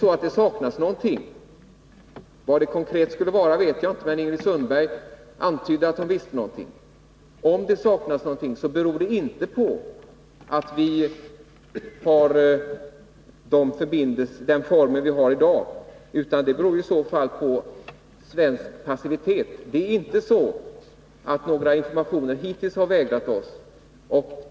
Saknas det någonting — vad det konkret skulle vara vet jag inte, men Ingrid Sundberg antydde att hon visste någonting — beror det inte på den form för förbindelserna som vi har i dag, utan det beror i så fall på svensk passivitet. Det är inte så att informationer hittills har vägrats oss.